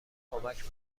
کمک